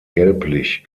gelblich